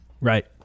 right